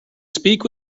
speak